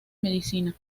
medicina